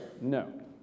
no